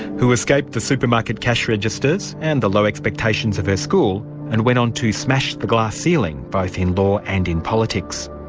who escaped the supermarket cash registers and the low expectations of her school, and went on to smash the glass ceiling, both in law and in politics.